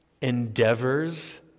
endeavors